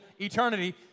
eternity